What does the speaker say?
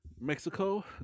Mexico